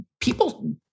people